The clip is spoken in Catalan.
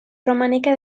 romànica